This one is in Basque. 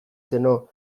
zeno